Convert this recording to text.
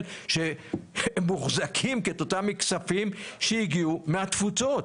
שמוחזקים מאותם כספים שהגיעו מהתפוצות.